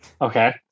okay